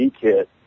kit